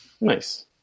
Nice